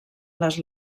les